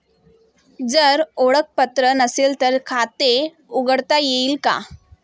जर ओळखपत्र नसेल तर खाते उघडता येईल का?